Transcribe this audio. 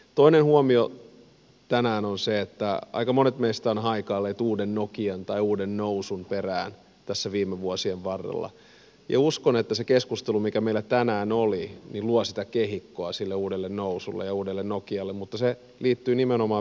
toinen huomio tänään on se että aika monet meistä ovat haikailleet uuden nokian tai uuden nousun perään tässä viime vuosien varrella ja uskon että se keskustelu mikä meillä tänään oli luo sitä kehikkoa sille uudelle nousulle ja uudelle nokialle mutta se liittyy nimenomaan biotalouteen ja cleantechiin